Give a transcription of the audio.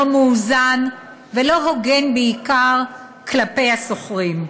לא מאוזן ולא הוגן, בעיקר כלפי השוכרים.